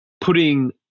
putting